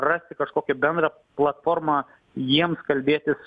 rasti kažkokią bendrą platformą jiems kalbėtis